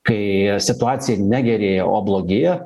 kai situacija negerėja o blogėja